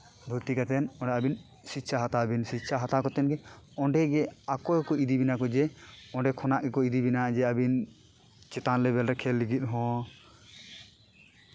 ᱵᱷᱚᱨᱛᱤ ᱠᱟᱛᱮᱫ ᱚᱸᱰᱮ ᱟᱹᱵᱤᱱ ᱥᱤᱥᱪᱪᱷᱟ ᱦᱟᱛᱟᱣ ᱵᱤᱱ ᱥᱤᱪᱪᱷᱟ ᱦᱟᱛᱟᱣ ᱠᱟᱛᱮᱫ ᱜᱮ ᱚᱸᱰᱮ ᱟᱠᱚ ᱜᱮᱠᱚ ᱜᱮᱠᱚ ᱤᱫᱤ ᱵᱤᱱᱟ ᱡᱮ ᱚᱸᱰᱮ ᱠᱷᱚᱱᱟᱜ ᱜᱮᱠᱚ ᱤᱫᱤ ᱵᱤᱱᱟ ᱡᱮ ᱟᱹᱵᱤᱱ ᱪᱮᱛᱟᱱ ᱞᱮᱵᱮᱞ ᱨᱮ ᱠᱷᱮᱞ ᱞᱟᱹᱜᱤᱫ ᱦᱚᱸ